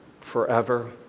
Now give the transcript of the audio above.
forever